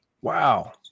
Wow